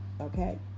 okay